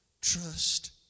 trust